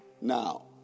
Now